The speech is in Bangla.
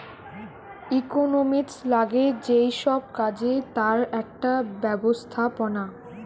ইকোনোমিক্স লাগে যেই সব কাজে তার একটা ব্যবস্থাপনা